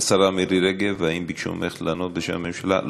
השרה מירי רגב, האם ביקשו ממך לענות בשם הממשלה?